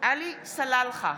עלי סלאלחה,